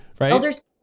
right